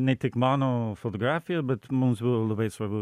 ne tik mano fotografija bet mums buvo labai svarbu